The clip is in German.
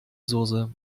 soße